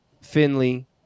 Finley